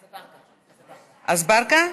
אזברגה?